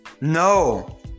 No